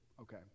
Okay